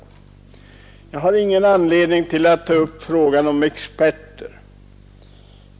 Jag har ingen anledning att ta upp frågan om experter.